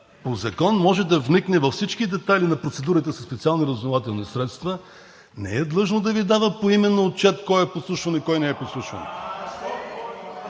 по закон може да вникне във всички детайли на процедурите със специални разузнавателни средства, не е длъжно да Ви дава поименно отчет кой е подслушван и кой не е подслушван.